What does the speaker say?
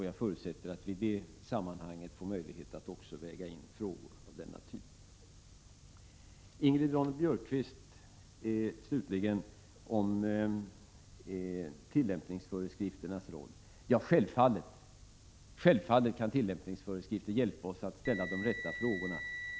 Jag förutsätter att vi i det sammanhanget också får möjlighet att väga in frågor av denna typ. Slutligen några ord till Ingrid Ronne-Björkqvist om tillämpningsföreskrifternas roll. Självfallet kan tillämpningsföreskrifterna hjälpa oss att ställa de rätta frågorna.